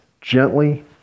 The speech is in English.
gently